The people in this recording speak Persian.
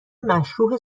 مشروح